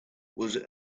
was